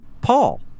Paul